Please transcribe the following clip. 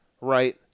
right